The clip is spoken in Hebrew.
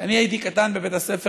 כשאני הייתי קטן בבית הספר,